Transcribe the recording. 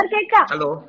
Hello